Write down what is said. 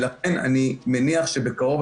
לכן אני מניח שבקרוב,